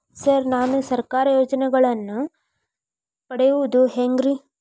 Sir ನಾನು ಸರ್ಕಾರ ಯೋಜೆನೆಗಳನ್ನು ಪಡೆಯುವುದು ಹೆಂಗ್ರಿ?